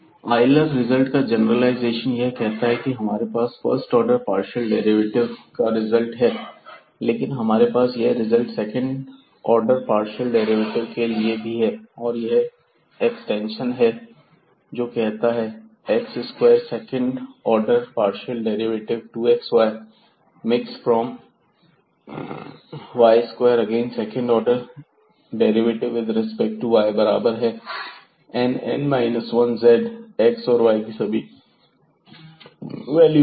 Euler result का generalization यह कहता है की हमारे पास फर्स्ट ऑर्डर पार्शियल डेरिवेटिव ्स का रिजल्ट है लेकिन हमारे पास यह result second order partial derivative के लिए भी है और यह एक्सटेंशन है जो कहता है x square second order partial derivative 2xy mix from y square again second order derivative with respect y बराबर है n n 1z x और y की सभी वैल्यू के लिए